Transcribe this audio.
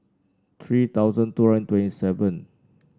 three thousand two hundred twenty seven